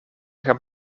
gaan